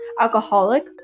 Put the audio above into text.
alcoholic